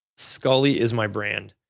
scully is my brand.